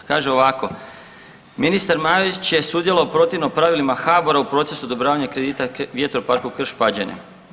Kaže ovako, ministar Marić je sudjelovao protivno pravilima HABOR-a u procesu odobravanja kredita vjetroparku Krš-Pađene.